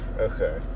Okay